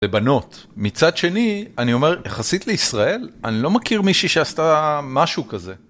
לבנות. מצד שני, אני אומר, יחסית לישראל, אני לא מכיר מישהי שעשתה משהו כזה.